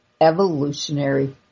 evolutionary